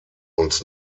uns